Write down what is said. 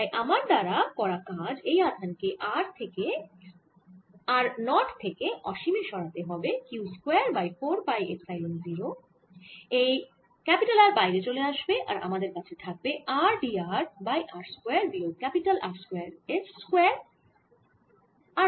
তাই আমার দ্বারা করা কাজ এই আধান কে r 0 থেকে অসীমে সরাতে হবে q square by 4 pi epsilon 0 এই R বাইরে চলে আসবে আর আমাদের কাছে থাকবে r d r by r square বিয়োগ R স্কয়ার এর স্কয়ার r 0 থেকে অসীমে